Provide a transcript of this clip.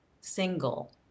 single